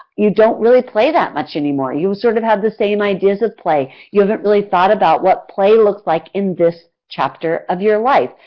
you don't really play that much anymore, you sort of the same ideas of play. you haven't really thought about what play looked like in this chapter of your life.